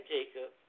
Jacob